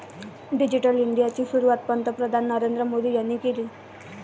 digital इंडियाची सुरुवात पंतप्रधान नरेंद्र मोदी यांनी केली